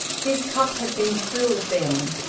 his cup had been filled then.